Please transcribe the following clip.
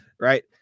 right